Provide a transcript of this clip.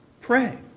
pray